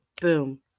Boom